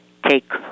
take